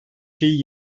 şeyi